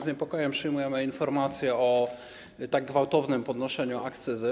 Z niepokojem przyjmujemy informacje o tak gwałtownym podnoszeniu akcyzy.